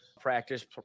practice